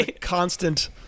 constant